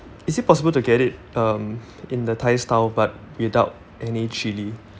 is it possible to get it um in the thai style but without any chilli